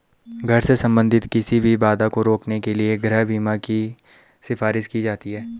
घर से संबंधित किसी भी बाधा को रोकने के लिए गृह बीमा की सिफारिश की जाती हैं